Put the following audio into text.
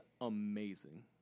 amazing